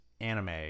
anime